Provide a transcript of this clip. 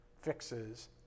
fixes